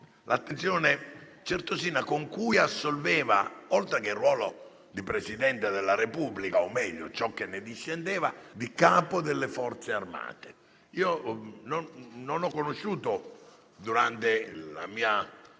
l'attenzione certosina con cui assolveva, oltre che al ruolo di Presidente della Repubblica, a quello che ne discendeva, ovvero il ruolo di Capo delle Forze armate. Non ho conosciuto, durante la mia